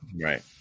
right